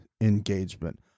engagement